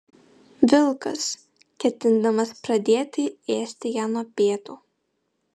vilkas ketindamas pradėti ėsti ją nuo pėdų